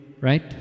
Right